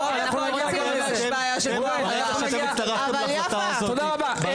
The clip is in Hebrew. תודה רבה, חברים.